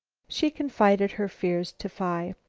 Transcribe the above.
she confided her fears to phi.